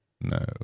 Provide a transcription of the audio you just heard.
no